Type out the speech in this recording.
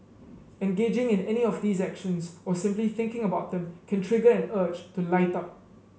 engaging in any of these actions or simply thinking about them can trigger an urge to light up